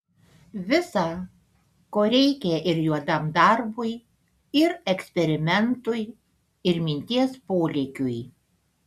visa ko reikia ir juodam darbui ir eksperimentui ir minties polėkiui